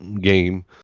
game